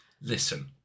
Listen